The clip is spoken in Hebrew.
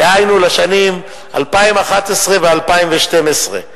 דהיינו לשנים 2011 ו-2012.